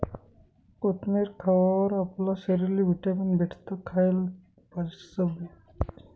कोथमेर खावावर आपला शरीरले व्हिटॅमीन भेटस, खायेल पचसबी